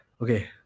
Okay